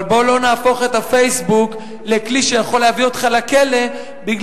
אבל בוא לא נהפוך את ה"פייסבוק" לכלי שיכול להביא אותך לכלא בגלל